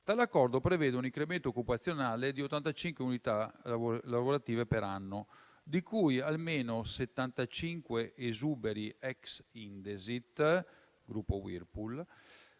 Tale accordo prevede un incremento occupazionale di 85 unità lavorative per anno, di cui almeno 75 esuberi ex Indesit (gruppo Whirlpool);